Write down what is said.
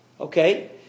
Okay